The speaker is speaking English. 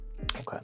Okay